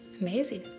Amazing